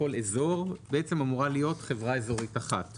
לכל אזור אמורה להיות חברה אזורית אחת.